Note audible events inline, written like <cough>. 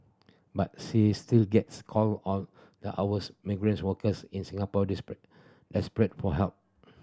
but she still gets call all the hours migrants workers in Singapore <unintelligible> desperate for help